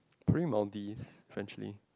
pretty Maldives frenchly